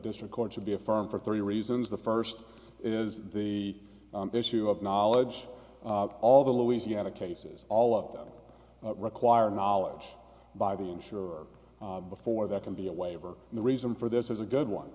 district court should be affirmed for three reasons the first is the issue of knowledge all the louisiana cases all of them require knowledge by the insurer before there can be a waiver and the reason for this is a good one